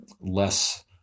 less